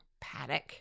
paddock